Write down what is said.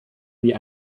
wie